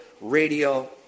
radio